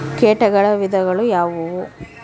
ಕೇಟಗಳ ವಿಧಗಳು ಯಾವುವು?